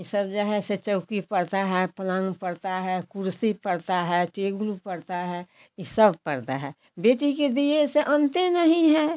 यह सब जो है सो चौकी पड़ती है पलंग पड़ता है कुर्सी पड़ती है टेबल पड़ता है यह सब पड़ता है बेटी के दिए से अन्ते नहीं है